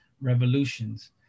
revolutions